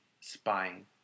spying